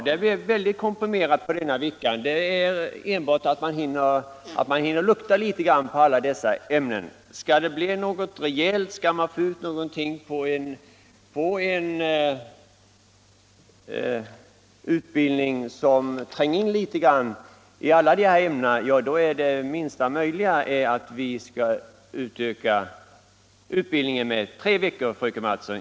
Det skulle bli ett komprimerat program på en enda vecka, och man hinner enbart lukta litet grand på alla dessa ämnen. Skall det bli något rejält, skall man få ut något och få en utbildning som tränger in litet grand i allt detta är det minsta möjliga en utökning av utbildningen med tre veckor, fröken Mattson.